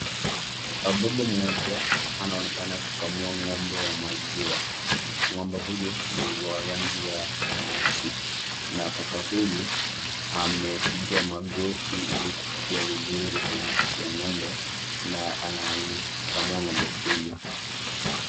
Baba mmoja anaonekana kukamua ng'ombe wa maziwa, ng'ombe huyu ni wa rangi ya nyeusi na kaka huyu amepiga magoti ili kufikia vizuri kwenye matiti ya ng'ombe na anaikamua ng'ombe huyu.